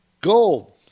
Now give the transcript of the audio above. Gold